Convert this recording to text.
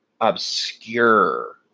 obscure